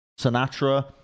Sinatra